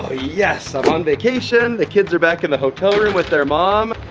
yes, i'm on vacation. the kids are back in the hotel room with their mom.